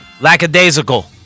Lackadaisical